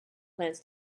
plans